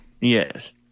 yes